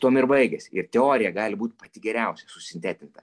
tuom ir baigiasi ir teorija gali būt pati geriausia susintetinta